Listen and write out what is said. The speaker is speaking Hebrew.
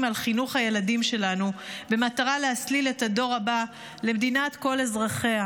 על חינוך הילדים שלנו במטרה להסליל את הדור הבא למדינת כל אזרחיה.